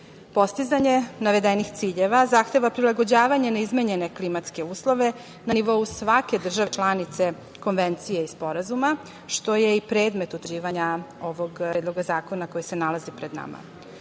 ekonomije. Postizanje navedenih ciljeva zahteva prilagođavanje na izmenjene klimatske uslove na nivou svake države članice konvencija i sporazuma, što je i predmet utvrđivanja ovog Predloga zakona koji se nalazi pred